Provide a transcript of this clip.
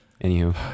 anywho